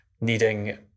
needing